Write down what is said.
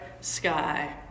sky